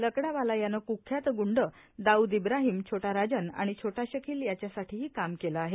लकडावाला यानं क्ख्यात ग्ंड दाऊद इब्राहिम छोटा राजन आणि छोटा शकील याच्यासाठीही काम केलं आहे